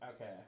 Okay